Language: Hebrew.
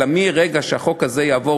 אלא שמרגע שהחוק הזה יעבור,